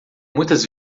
muitas